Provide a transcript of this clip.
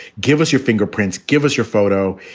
give us your fingerprints. give us your photo.